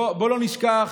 בואו לא נשכח